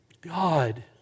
God